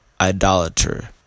Idolater